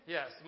Yes